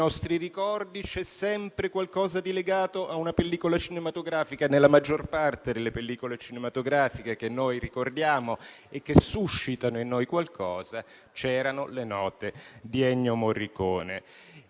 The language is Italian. ricordi c'è sempre qualcosa legato a una pellicola cinematografica e, nella maggior parte delle pellicole cinematografiche che noi ricordiamo e che suscitano in noi qualcosa, c'erano le note di Ennio Morricone.